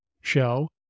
show